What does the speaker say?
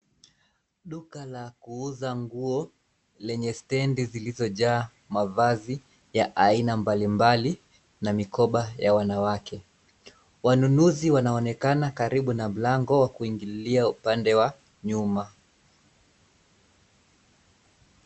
Duka la kuuza nguo lenye stendi zilizojaa mavazi ya aina mbali mbali na mikoba ya wanawake. Wanunuzi wanaonekana karibu na mlango wa kuingililia upande wa nyuma.